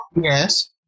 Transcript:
Yes